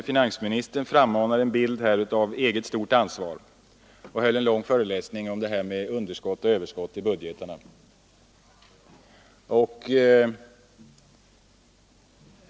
Finansministern frammanade en bild av eget stort ansvar och höll en lång föreläsning om underskott och överskott i budgeten.